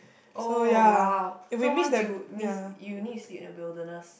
oh !wow! so once you missed you need sleep in the wilderness